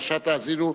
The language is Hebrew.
בפרשת האזינו,